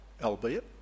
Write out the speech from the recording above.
albeit